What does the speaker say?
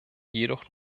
jedoch